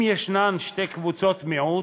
אם יש שתי קבוצות מיעוט,